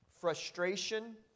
frustration